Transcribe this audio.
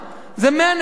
וזה 100 נקודות,